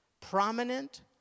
prominent